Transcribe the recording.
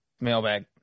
Mailbag